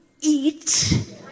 eat